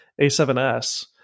A7S